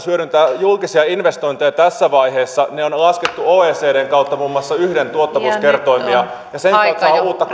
hyödyntää myös julkisia investointeja tässä vaiheessa ne on laskettu oecdn kautta muun muassa yhden tuottavuuskertoimia ja sen kautta saadaan uutta